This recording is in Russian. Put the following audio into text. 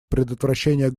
предотвращение